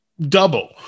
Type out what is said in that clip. double